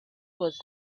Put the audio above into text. was